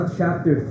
chapter